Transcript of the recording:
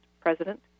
president